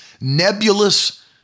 nebulous